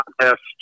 contest